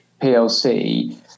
PLC